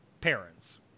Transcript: parents